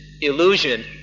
illusion